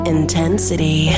Intensity